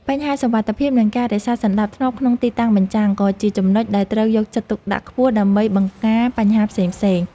បញ្ហាសុវត្ថិភាព និងការរក្សាសណ្ដាប់ធ្នាប់ក្នុងទីតាំងបញ្ចាំង ក៏ជាចំណុចដែលត្រូវយកចិត្តទុកដាក់ខ្ពស់ដើម្បីបង្ការបញ្ហាផ្សេងៗ។